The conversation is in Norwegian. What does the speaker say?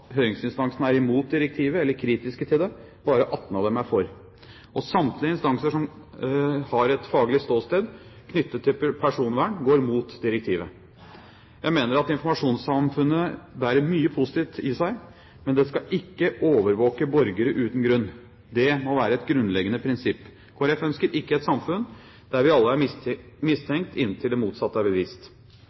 høringsinstansene – er imot direktivet eller kritiske til det. Bare 18 av dem er for. Samtlige instanser som har et faglig ståsted knyttet til personvern, går mot direktivet. Jeg mener at informasjonssamfunnet bærer mye positivt i seg, men det skal ikke overvåke borgere uten grunn. Det må være et grunnleggende prinsipp. Kristelig Folkeparti ønsker ikke et samfunn der vi alle er mistenkt inntil det motsatte er bevist.